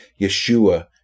Yeshua